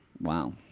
Wow